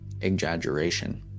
exaggeration